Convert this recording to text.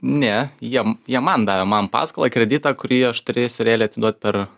ne jie jie man davė man paskolą kreditą kurį aš turėsiu realiai atiduot per